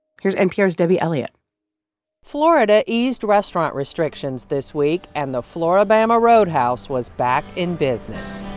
here's npr's debbie elliott florida eased restaurant restrictions this week, and the flora-bama roadhouse was back in business